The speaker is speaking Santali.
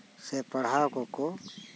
ᱥᱮ ᱯᱟᱲᱦᱟᱣ ᱠᱚᱠᱚ